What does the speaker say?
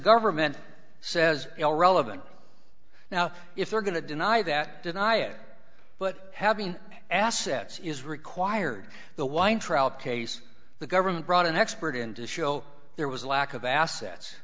government says all relevant now if they're going to deny that deny it but having assets is required the weintraub case the government brought an expert in to show there was a lack of assets